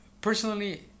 personally